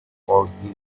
forgives